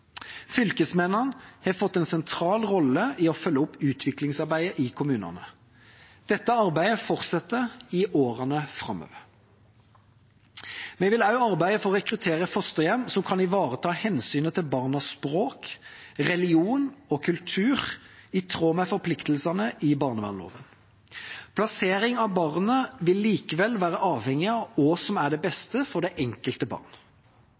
Fylkesmennene har fått en sentral rolle i å følge opp utviklingsarbeidet i kommunene. Dette arbeidet fortsetter i årene framover. Vi vil også arbeide for å rekruttere fosterhjem som kan ivareta hensynet til barnas språk, religion og kultur i tråd med forpliktelsene i barnevernloven. Plasseringen av barnet vil likevel være avhengig av hva som er det beste for det enkelte barn.